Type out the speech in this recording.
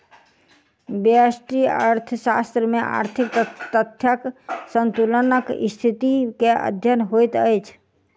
व्यष्टि अर्थशास्त्र में आर्थिक तथ्यक संतुलनक स्थिति के अध्ययन होइत अछि